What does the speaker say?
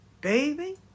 baby